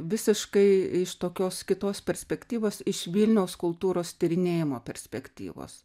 visiškai iš tokios kitos perspektyvos iš vilniaus kultūros tyrinėjimo perspektyvos